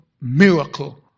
miracle